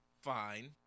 Fine